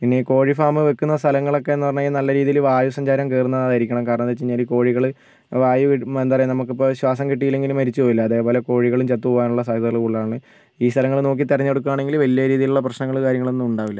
പിന്നെ ഈ കോഴി ഫാം വയ്ക്കുന്ന സ്ഥലങ്ങളൊക്കെ എന്ന് പറഞ്ഞാൽ നല്ല രീതിയിൽ വായു സഞ്ചാരം കയറുന്നതായിരിക്കണം കാരണമെന്തെന്നു വെച്ച് കഴിഞ്ഞാൽ ഈ കോഴികൾ വായു നമുക്ക് ഇപ്പം എന്താണ് പറയുക ശ്വാസം കിട്ടിയില്ലെങ്കിൽ മരിച്ചു പോവില്ലേ അതേപോലെ കോഴികളും ചത്തു പോകാനുള്ള സാധ്യതകൾ കൂടുതലാണ് ഈ സ്ഥലങ്ങൾ നോക്കി തിരഞ്ഞെടുക്കുകയാണെങ്കിൽ വലിയ രീതിയിലുള്ള പ്രശ്നങ്ങൾ കാര്യങ്ങൾ ഒന്നും ഉണ്ടാവില്ല